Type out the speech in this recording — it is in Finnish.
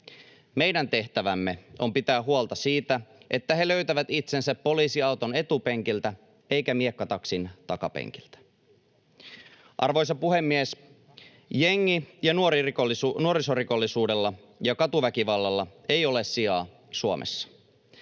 Meidän tehtävämme on pitää huolta, että he löytävät itsensä poliisiauton etupenkiltä eivätkä miekkataksin takapenkiltä. Arvoisa puhemies! Jengi- ja nuorisorikollisuudella ja katuväkivallalla ei ole sijaa Suomessa.